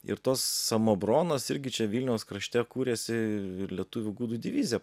ir tos samobronos irgi čia vilniaus krašte kūrėsi lietuvių gudų divizija